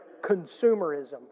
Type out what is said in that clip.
consumerism